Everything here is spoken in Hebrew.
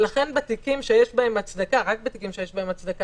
לכן בתיקים שיש בהם הצדקה רק בתיקים שיש בהם הצדקה,